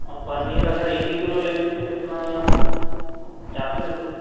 और पनीर अगर एक ही किलो लेंगे तो कितना चार सौ ही रुपये